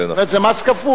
זאת אומרת, זה מס כפול.